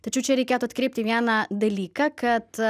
tačiau čia reikėtų atkreipti į vieną dalyką kad